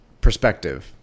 perspective